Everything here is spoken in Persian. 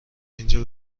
اینجا